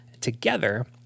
together